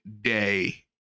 day